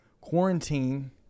Quarantine